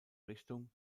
richtung